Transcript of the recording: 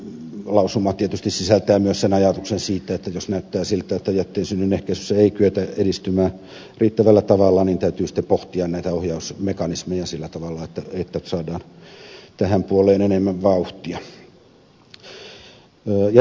lausuma tietysti sisältää myös ajatuksen siitä että jos näyttää siltä että jätteen synnyn ehkäisyssä ei kyetä edistymään riittävällä tavalla niin täytyy sitten pohtia näitä ohjausmekanismeja sillä tavalla että saadaan tähän puoleen enemmän vauhtia